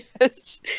Yes